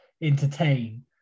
entertain